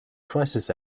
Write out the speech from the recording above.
crisis